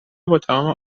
باتمام